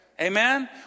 Amen